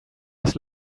his